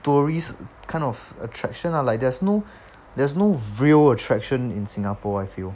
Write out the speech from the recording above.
tourists kind of attraction lah like there's no there's no real attraction in singapore I feel